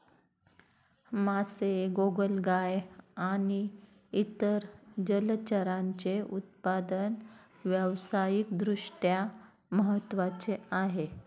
मासे, गोगलगाय आणि इतर जलचरांचे उत्पादन व्यावसायिक दृष्ट्या महत्त्वाचे आहे